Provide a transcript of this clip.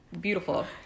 Beautiful